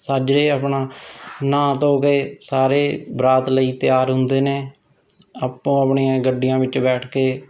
ਸਾਜਰੇ ਆਪਣਾ ਨਹਾ ਧੋ ਕੇ ਸਾਰੇ ਬਰਾਤ ਲਈ ਤਿਆਰ ਹੁੰਦੇ ਨੇ ਆਪੋ ਆਪਣੀਆਂ ਗੱਡੀਆਂ ਵਿੱਚ ਬੈਠ ਕੇ